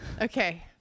Okay